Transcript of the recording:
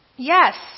Yes